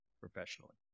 professionally